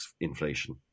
inflation